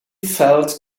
felt